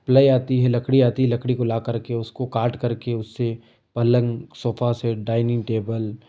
ply आती है लकड़ी आती है लकड़ी को लाकर के उसको काटकर के उससे पलंग सोफा सेट डाइनिंग टेबल